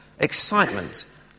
Excitement